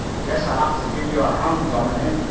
guess i'll have to give you a hand, dominie,